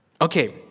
Okay